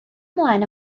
ymlaen